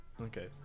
Okay